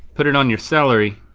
put it on your celery.